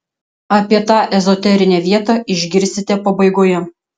apie tą ezoterinę vietą išgirsite pabaigoje